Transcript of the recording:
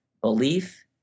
belief